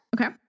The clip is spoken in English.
Okay